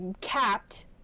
capped